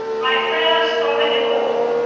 my prayers are with you all,